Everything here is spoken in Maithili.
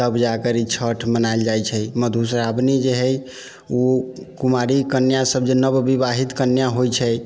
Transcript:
तब जाकर ई छठ मनायल जाइ छै मधुश्रावणी जे है उ कुँवारी कन्या सब जे नव विवाहित कन्या होइ छै